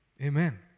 Amen